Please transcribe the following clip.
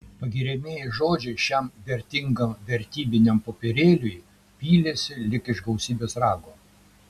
pagiriamieji žodžiai šiam vertingam vertybiniam popierėliui pylėsi lyg iš gausybės rago